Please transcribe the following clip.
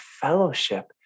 fellowship